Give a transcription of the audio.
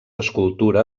escultura